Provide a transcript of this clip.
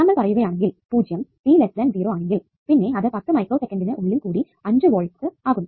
നമ്മൾ പറയുകയാണെങ്കിൽ 0 t 0 ആണെങ്കിൽ പിന്നെ അത് 10 മൈക്രോ സെക്കന്റിനു ഉള്ളിൽ കൂടി 5 വോൾട്ട്സ് ആകുന്നു